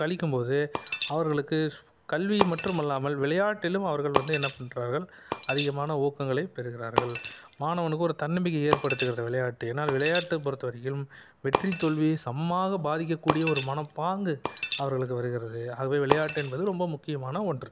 அளிக்கும் போது அவர்களுக்கு கல்வி மற்றும் அல்லாமல் விளையாட்டிலும் அவர்கள் வந்து என்ன பண்ணுறார்கள் அதிகமான ஊக்கங்களைப் பெறுகிறார்கள் மாணவனுக்கு ஒரு தன்னம்பிக்கை ஏற்படுத்துகிறது விளையாட்டு ஏன்னால் விளையாட்டு பொறுத்த வரையும் வெற்றி தோல்வியைச் சமமாக பாதிக்கக்கூடிய ஒரு மனப்பாங்கு அவர்களுக்கு வருகிறது ஆகவே விளையாட்டு என்பது ரொம்ப முக்கியமான ஒன்று